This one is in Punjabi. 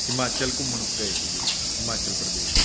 ਹਿਮਾਚਲ ਘੁੰਮਣ ਗਏ ਸੀਗੇ ਹਿਮਾਚਲ ਪ੍ਰਦੇਸ਼